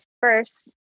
first